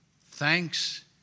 Thanks